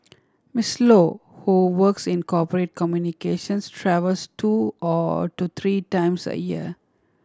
Miss Low who works in corporate communications travels two or to three times a year